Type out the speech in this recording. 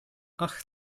ach